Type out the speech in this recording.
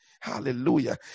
Hallelujah